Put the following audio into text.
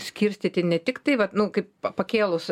skirstyti ne tik tai vat nu kaip pa pakėlus